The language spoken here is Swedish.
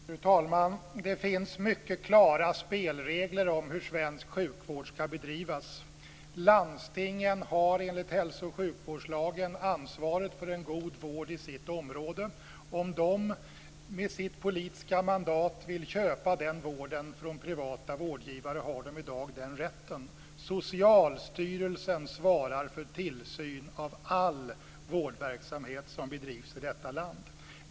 Fru talman! Det finns mycket klara spelregler om hur svensk sjukvård ska bedrivas. Landstingen har enligt hälso och sjukvårdslagen ansvaret för en god vård i sitt område. Om de med sitt politiska mandat vill köpa den vården från privata vårdgivare har de i dag den rätten. Socialstyrelsen svarar för tillsyn av all vårdverksamhet som bedrivs i detta land.